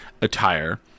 attire